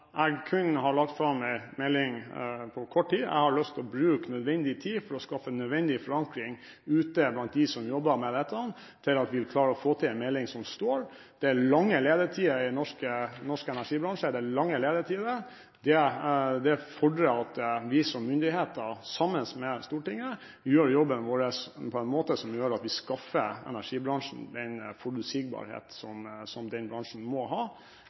jeg har lyst til å bruke nødvendig tid for å skaffe nødvendig forankring ute blant dem som jobber med dette, slik at vi klarer å få en melding som står. Det er lange ledetider i norsk energibransje. Det fordrer at vi som myndigheter sammen med Stortinget gjør jobben vår på en måte som gjør at vi skaffer energibransjen den forutsigbarheten som den bransjen må ha,